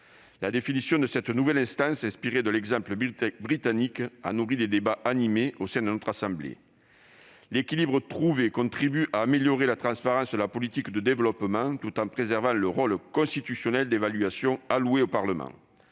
La définition de cette nouvelle instance, inspirée de l'exemple britannique, a nourri des débats animés au sein de notre assemblée. L'équilibre que nous avons trouvé contribue à améliorer la transparence de la politique de développement, tout en préservant le rôle constitutionnel d'évaluation alloué au Parlement.